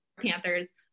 Panthers